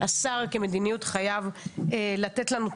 השר צריך לתת לנו,